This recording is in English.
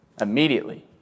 immediately